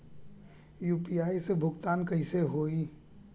UPI से भुगतान कइसे होहीं?